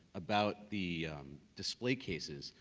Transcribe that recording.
about the display cases,